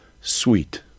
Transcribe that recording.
sweet